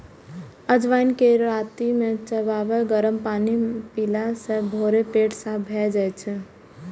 अजवाइन कें राति मे चिबाके गरम पानि पीला सं भोरे पेट साफ भए जाइ छै